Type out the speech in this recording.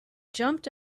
jumped